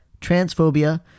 transphobia